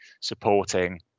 supporting